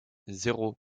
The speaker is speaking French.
zéro